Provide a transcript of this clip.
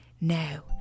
Now